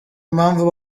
impamvu